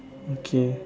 okay